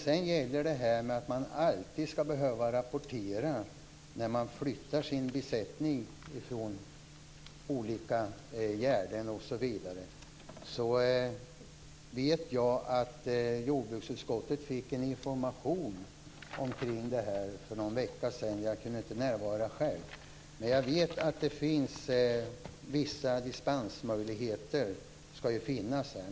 Sedan var det frågan om att alltid behöva rapportera när besättningen skall flyttas från olika gärden osv. Jag vet att jordbruksutskottet fick information för ungefär en vecka sedan. Jag kunde inte närvara själv. Jag vet att det finns vissa dispensmöjligheter.